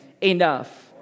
enough